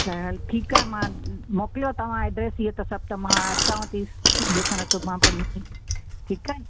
त हलु ठीकु आहे मां मोकिलियो तव्हां एड्र्स ईअ त सभु त मां अचांव थी ॾिसण सुभाणे परीहं ई ठीकु आहे